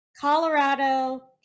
colorado